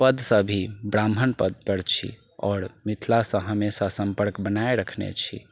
पदसँ भी ब्राह्मण पद पर छी आओर मिथिलासँ हमेशा सम्पर्क बनाय रखने छी